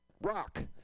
rock